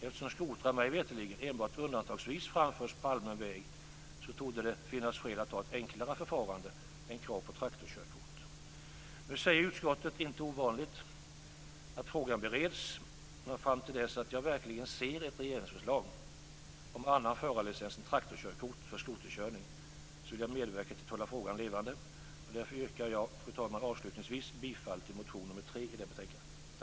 Eftersom skotrar mig veterligt enbart undantagsvis framförs på allmän väg torde det finnas skäl att ha ett enklare förfarande än krav på traktorkörkort. Nu säger utskottet - det är inte ovanligt - att frågan bereds, men fram till dess att jag verkligen ser ett regeringsförslag om annan förarlicens än traktorkörkort för skoterkörning vill jag medverka till att hålla frågan levande. Därför yrkar jag, fru talman, avslutningsvis bifall till motion nr 3 i detta betänkande.